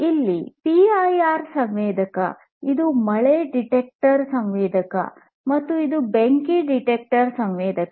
ಇದು ಪಿಐಆರ್ ಸಂವೇದಕ ಇದು ಮಳೆ ಡಿಟೆಕ್ಟರ್ ಸಂವೇದಕ ಮತ್ತು ಇದು ಬೆಂಕಿ ಡಿಟೆಕ್ಟರ್ ಸಂವೇದಕ